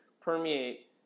permeate